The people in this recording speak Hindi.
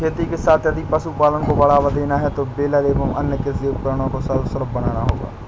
खेती के साथ यदि पशुपालन को बढ़ावा देना है तो बेलर एवं अन्य कृषि उपकरण को सर्वसुलभ बनाना होगा